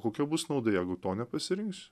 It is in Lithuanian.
kokia bus nauda jeigu to nepasirinks